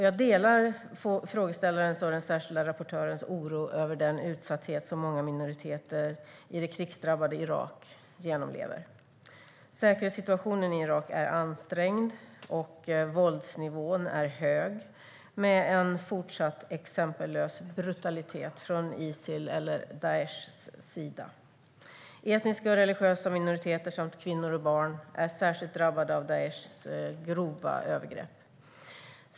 Jag delar frågeställarens och den särskilda rapportörens oro över den utsatthet som många minoriteter i det krigsdrabbade Irak genomlever. Säkerhetssituationen i Irak är ansträngd, och våldsnivån är hög, med en fortsatt exempellös brutalitet från Isil/Daish. Etniska och religiösa minoriteter samt kvinnor och barn är särskilt drabbade av Daishs grova övergrepp.